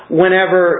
whenever